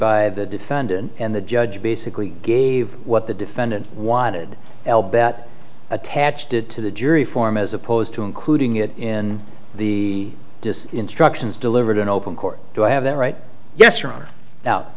by the defendant and the judge basically gave what the defendant wanted l bet attatched did to the jury form as opposed to including it in the just instructions delivered in open court do i have that right yes run out